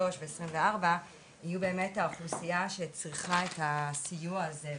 ו-2024 יהיו באמת האוכלוסייה שצריכה את הסיוע הזה?